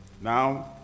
Now